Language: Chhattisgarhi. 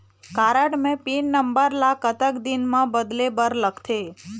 कारड के पिन नंबर ला कतक दिन म बदले बर लगथे?